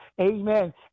amen